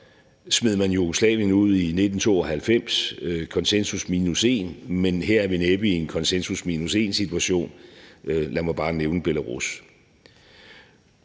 smed man Jugoslavien ud i 1992 – det var konsensus minus en – men her er vi næppe i en konsensus minus en-situation. Lad mig bare nævne Belarus.